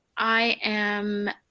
i am,